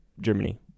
Germany